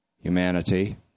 humanity